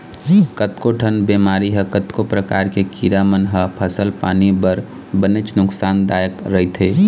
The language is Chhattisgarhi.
कतको ठन बेमारी ह कतको परकार के कीरा मन ह फसल पानी बर बनेच नुकसान दायक रहिथे